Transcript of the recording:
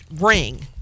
ring